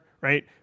right